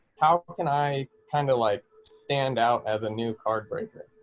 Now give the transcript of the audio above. how can i kinda like stand out as a new card breaker.